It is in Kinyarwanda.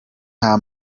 nta